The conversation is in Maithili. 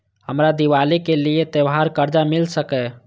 हमरा दिवाली के लिये त्योहार कर्जा मिल सकय?